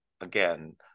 again